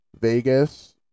Vegas